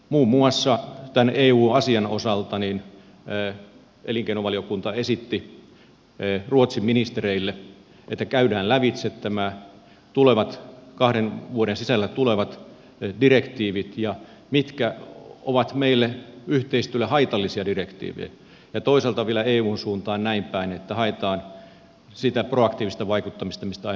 muun muassa tämän eu asian osalta elinkeinovaliokunta esitti ruotsin ministereille että käydään lävitse nämä tulevat kahden vuoden sisällä tulevat direktiivit ja se mitkä ovat meidän yhteistyöllemme haitallisia direktiivejä ja toisaalta vielä eun suuntaan näin päin että haetaan sitä proaktiivista vaikuttamista mistä äsken mainitsin